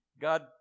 God